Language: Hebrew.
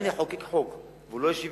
גם אם נחוקק חוק והוא לא שוויוני,